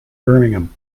birmingham